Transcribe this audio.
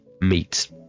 meat